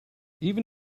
even